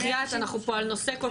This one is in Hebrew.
אנחנו פה על נושא כל כך מהותי וחשוב.